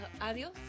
Adios